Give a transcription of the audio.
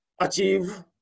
achieve